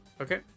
Okay